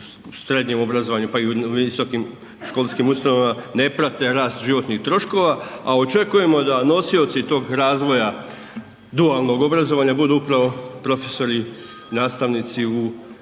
srednjem obrazovanju pa i u visokim školskim ustanovama ne prate rast životnih troškova, a očekujemo da nosioci tog razvoja dualnog obrazovanja budu upravo profesori, nastavnici u